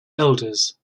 elders